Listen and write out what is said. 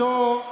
אותו,